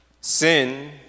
sin